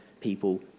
people